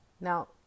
Now